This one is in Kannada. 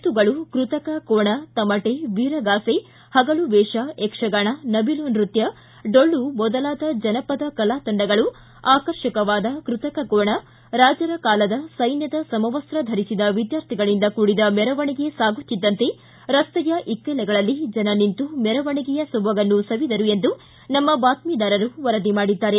ತಳರು ತೋರಣ ರಂಗೋಲಿಗಳಿಂದ ಸಿಂಗರಿಸಿದ ರಸ್ತೆಯಲ್ಲಿ ಎತ್ತುಗಳು ತಮಟೆ ವೀರಗಾಸೆ ಹಗಲು ವೇಷ ಯಕ್ಷಗಾನ ನವಿಲು ನೃತ್ಯ ಡೊಳ್ಳು ಮೊದಲಾದ ಜನಪದ ಕಲಾ ತಂಡಗಳು ಆಕರ್ಷಕವಾದ ಕೃತಕ ಕೋಣ ರಾಜರ ಕಾಲದ ಸೈನ್ನದ ಸಮವಸ್ತ ಧರಸಿದ ವಿದ್ಯಾರ್ಥಿಗಳಿಂದ ಕೂಡಿದ ಮೆರವಣಿಗೆ ಸಾಗುತ್ತಿದ್ದಂತೆ ರಸ್ತೆಯ ಇಕ್ಲೆಲಗಳಲ್ಲಿ ಜನ ನಿಂತು ಮೆರವಣಿಗೆಯ ಸೊಬಗನ್ನು ಸವಿದರು ಎಂದು ನಮ್ನ ಬಾತ್ಲಿದಾರರು ವರದಿ ಮಾಡಿದ್ದಾರೆ